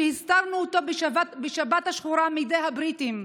שהסתרנו אותו בשבת השחורה מפני הבריטים,